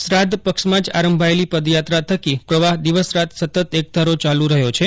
શ્રાધ્ધ પક્ષમાં જ આરંભાયેલી પદયાત્રા થકી પ્રવાહ દિવસ રાત સતત એકધારો ચાલુ રહ્યો છે